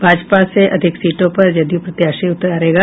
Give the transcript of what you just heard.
भाजपा से अधिक सीटों पर जदयू प्रत्याशी उतारेगा